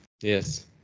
Yes